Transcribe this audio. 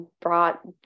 brought